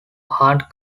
hunt